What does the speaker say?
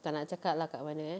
tak nak cakap lah kat mana eh